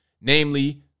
namely